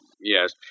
Yes